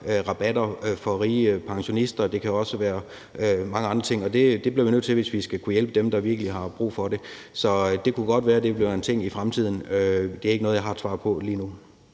rabatter for rige pensionister, det kan også være mange andre ting. Det bliver vi nødt til, hvis vi skal kunne hjælpe dem, der virkelig har brug for det. Så det kunne godt være, at det blev en ting i fremtiden. Det er ikke noget, jeg har et svar på lige nu.